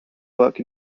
work